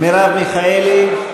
מרב מיכאלי?